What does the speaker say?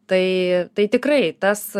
tai tai tikrai tas